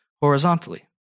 horizontally